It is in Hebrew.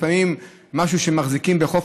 לפעמים זה משהו שמחזיקים ביד,